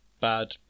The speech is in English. bad